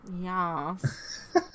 Yes